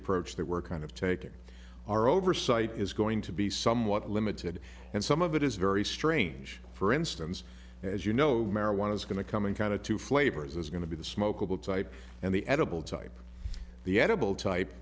approach that we're kind of taking our oversight is going to be somewhat limited and some of it is very strange for instance as you know marijuana is going to come in kind of two flavors is going to be the smokable type and the edible type the